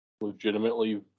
legitimately